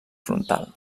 frontal